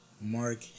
Mark